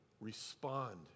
respond